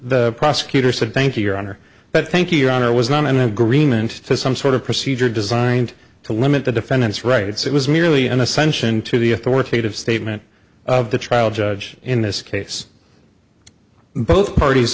the prosecutor said thank you your honor but thank you your honor it was not an agreement to some sort of procedure designed to limit the defendant's rights it was merely an ascension to the authoritative statement of the trial judge in this case both parties